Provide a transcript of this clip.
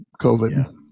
COVID